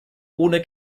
ohne